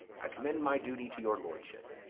i commend my duty to your lordship.